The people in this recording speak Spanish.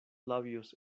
labios